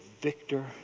victor